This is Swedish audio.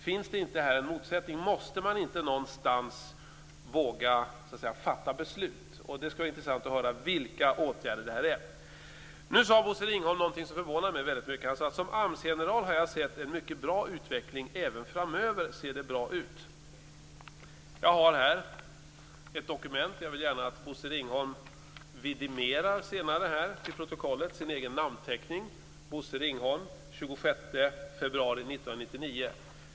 Finns det inte här en motsättning? Måste man inte någonstans våga fatta beslut? Det skall bli intressant att höra vilka åtgärder det här är. Bosse Ringholm sade något som förvånade mig mycket. Han sade: Som AMS-general har jag sett en mycket bra utveckling. Även framöver ser det bra ut. Jag visar här inför kammarens ledamöter upp ett dokument. Jag vill gärna att Bosse Ringholm senare till protokollet vidimerar sin egen namnteckning i det dokumentet: Bosse Ringholm, den 26 februari 1999.